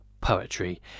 poetry